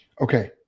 Okay